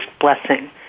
blessing